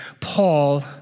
Paul